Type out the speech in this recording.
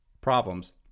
problems